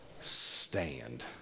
Stand